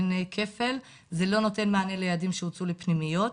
אין כפל, זה לא נותן מענה לילדים שהוצאו לפנימיות,